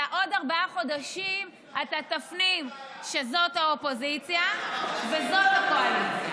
עוד ארבעה חודשים אתה תפנים שזאת האופוזיציה וזאת הקואליציה.